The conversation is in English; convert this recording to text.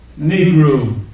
Negro